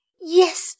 Yes